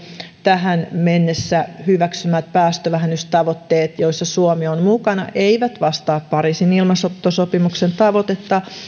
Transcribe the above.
tähän mennessä hyväksymät päästövähennystavoitteet joissa suomi on mukana eivät vastaa pariisin ilmastosopimuksen tavoitetta